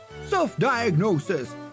Self-diagnosis